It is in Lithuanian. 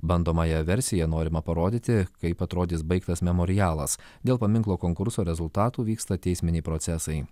bandomąja versija norima parodyti kaip atrodys baigtas memorialas dėl paminklo konkurso rezultatų vyksta teisminiai procesai